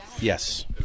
Yes